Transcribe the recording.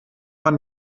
man